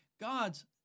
God's